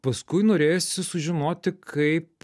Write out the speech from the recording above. paskui norėjosi sužinoti kaip